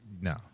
no